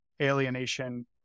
alienation